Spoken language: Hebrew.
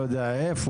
לא יודע איפה,